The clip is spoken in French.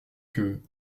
que